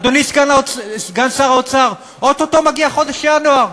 אדוני סגן שר האוצר, או-טו-טו מגיע חודש ינואר,